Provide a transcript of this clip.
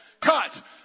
cut